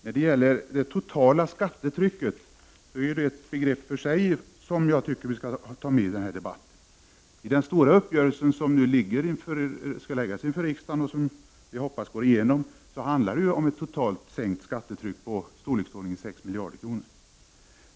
Fru talman! Det totala skattetrycket är ett begrepp för sig som jag anser att vi borde ta med i den här debatten. I den stora uppgörelse som nu skall föreläggas riksdagen och som jag hoppas skall gå igenom handlar det ju om ett totalt sänkt skattetryck i storleksordningen 6 miljarder kronor.